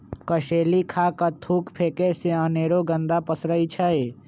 कसेलि खा कऽ थूक फेके से अनेरो गंदा पसरै छै